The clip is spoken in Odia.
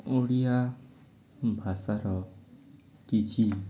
ଓଡ଼ିଆ ଭାଷାର କିଛି